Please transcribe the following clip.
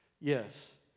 Yes